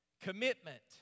Commitment